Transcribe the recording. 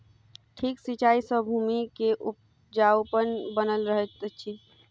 ठीक सिचाई सॅ भूमि के उपजाऊपन बनल रहैत अछि